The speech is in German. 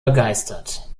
begeistert